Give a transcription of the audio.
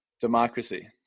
democracy